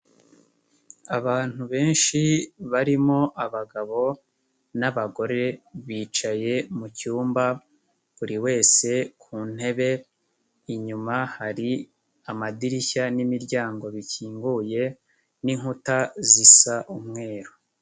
Abantu benshi barimo abagabo n'abagore bicaye mu cyumba buri wese ku ntebe, inyuma hari amadirishya n'imiryango bikinguye n'inkuta zisa umweru.